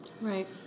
Right